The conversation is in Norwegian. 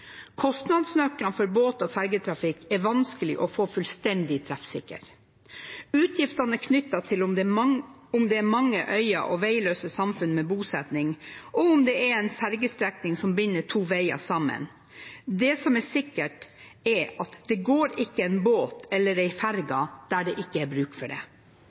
Kostnadsnøklene for båt- og fergetrafikk er vanskelige å få fullstendig treffsikre. Utgiftene er knyttet til om det er mange øyer og veiløse samfunn med bosetning, og om det er en fergestrekning som binder to veier sammen. Det som er sikkert, er at det ikke går en båt eller ferge der det ikke er bruk for det!